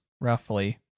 roughly